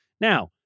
Now